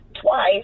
twice